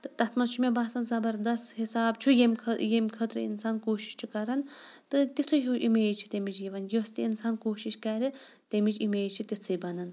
تہٕ تَتھ منٛز چھُ مےٚ باسان زَبَردَست حِساب چھُ ییٚمہِ خٲ ییٚمہِ خٲطرٕ اِنسان کوٗشِش چھُ کَران تہٕ تِتھُے ہیوٗ اِمیج چھِ تَمِچ یِوان یۄس تہِ اِنسان کوٗشِش کَرِ تَمِچ اِمیج چھِ تِژھٕے بَنان